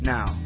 Now